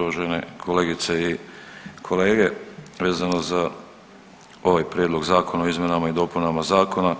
Uvažene kolegice i kolege, vezano za ovaj prijedlog zakona o izmjenama i dopunama zakona,